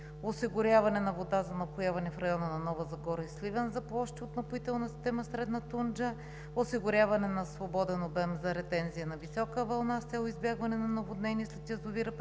осигуряване на вода за напояване в района на Нова Загора и Сливен за площи от напоителна система „Средна Тунджа“; осигуряване на свободен обем за ретензия на висока вълна с цел избягване на наводнения след